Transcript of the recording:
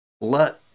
let